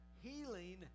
healing